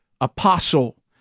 apostle